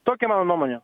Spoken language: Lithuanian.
tokia mano nuomonė